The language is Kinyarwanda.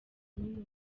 n’uyu